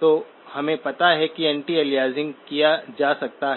तो हमें पता है कि एंटी अलियासिंग किया जा सकता है